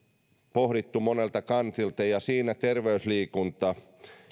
pohdittu monelta kantilta ja siinä terveysliikunta